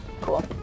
Cool